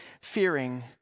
fearing